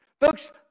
Folks